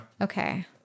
Okay